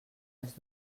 les